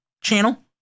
channel